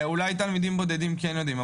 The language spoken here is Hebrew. אולי תלמידים בודדים כן יודעים,